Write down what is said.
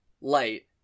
Light